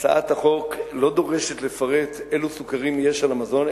הצעת החוק לא דורשת לפרט אילו סוכרים יש על המזון,